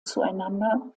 zueinander